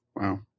Wow